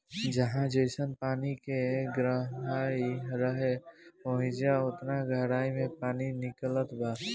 जहाँ जइसन पानी के गहराई रहे, ओइजा ओतना गहराई मे पानी निकलत बा